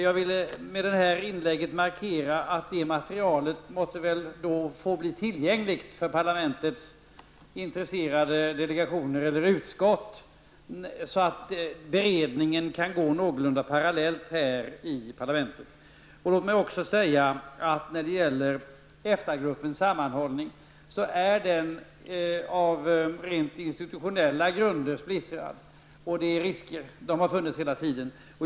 Jag vill med detta inlägg markera att detta material måtte väl få bli tillgängligt för parlamentets intresserade delegationer och utskott, så att beredningen kan gå någorlunda parallellt här i parlamentet. Låt mig även när det gäller EFTA-gruppens sammanhållning säga att den på rent institutionella grunder är splittrad, och det finns risker, och de har funnits hela tiden.